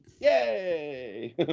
Yay